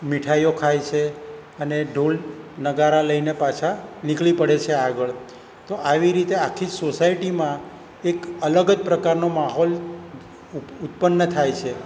મીઠાઈઓ ખાય છે અને ઢોલ નગારા લઈને પાછા નીકળી પડે છે આગળ તો આવી રીતે આખી સોસાયટીમાં એક અલગ જ પ્રકારનો માહોલ ઉત્પન્ન થાય છે